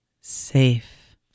safe